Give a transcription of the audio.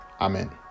Amen